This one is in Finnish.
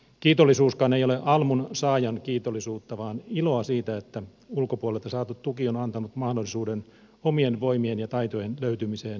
kiitollisuuskaan ei ole almun saajan kiitollisuutta vaan iloa siitä että ulkopuolelta saatu tuki on antanut mahdollisuuden omien voimien ja taitojen löytymiseen ja kehittymiseen